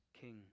King